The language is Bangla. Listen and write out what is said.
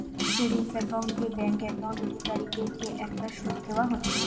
সেভিংস একাউন্ট এ ব্যাঙ্ক একাউন্ট অধিকারীদের কে একটা শুধ দেওয়া হতিছে